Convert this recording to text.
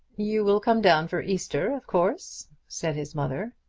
you will come down for easter, of course, said his mother.